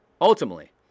Ultimately